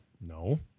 no